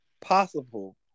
possible